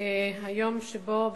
היום שבו,